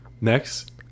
Next